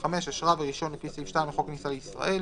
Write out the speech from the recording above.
(35)אשרה ורישיון לפי סעיף 2 לחוק הכניסה לישראל,